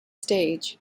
stage